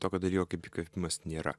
tokio dalyko kaip įkvėpimas nėra